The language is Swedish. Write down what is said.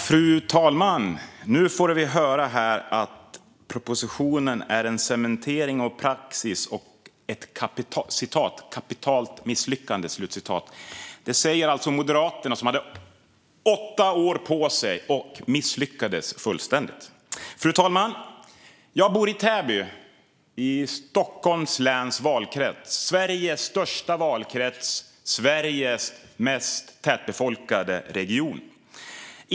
Fru talman! Nu får vi höra här att propositionen är en cementering av praxis och ett kapitalt misslyckande. Det säger alltså Moderaterna, som hade åtta år på sig och misslyckades fullständigt. Fru talman! Jag bor i Täby, i Stockholms läns valkrets. Det är Sveriges största valkrets och Sveriges mest tätbefolkade region.